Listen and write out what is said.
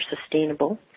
sustainable